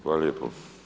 Hvala lijepo.